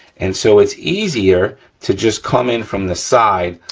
and so, it's easier to just come in from the side,